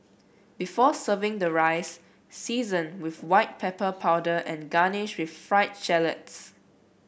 before serving the rice season with white pepper powder and garnish with fried shallots